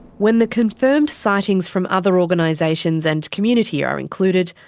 when the confirmed sightings from other organisations and community are included,